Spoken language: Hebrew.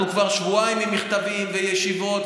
אנחנו כבר שבועיים עם מכתבים וישיבות.